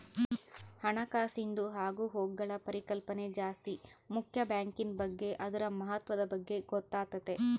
ಹಣಕಾಸಿಂದು ಆಗುಹೋಗ್ಗುಳ ಪರಿಕಲ್ಪನೆ ಜಾಸ್ತಿ ಮುಕ್ಯ ಬ್ಯಾಂಕಿನ್ ಬಗ್ಗೆ ಅದುರ ಮಹತ್ವದ ಬಗ್ಗೆ ಗೊತ್ತಾತತೆ